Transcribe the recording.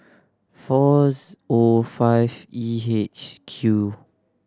fours O five E H Q